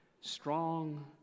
strong